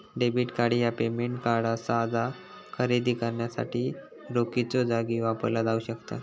debit card ह्या payment card असा जा खरेदी करण्यासाठी रोखीच्यो जागी वापरला जाऊ शकता